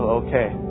okay